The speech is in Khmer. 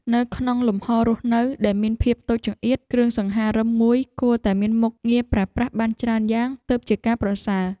នៅក្នុងលំហររស់នៅដែលមានភាពតូចចង្អៀតគ្រឿងសង្ហារិមមួយគួរតែមានមុខងារប្រើប្រាស់បានច្រើនយ៉ាងទើបជាការប្រសើរ។